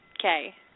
Okay